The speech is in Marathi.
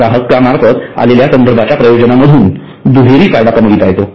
ग्राहका मार्फत आलेल्या संदर्भाच्या प्रयोजनांमधून दुहेरी फायदा कमविता येतो